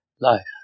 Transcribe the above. life